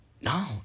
No